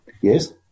Yes